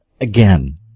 Again